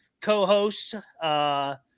co-host